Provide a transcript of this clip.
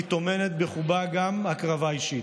היא טומנת בחובה גם הקרבה אישית,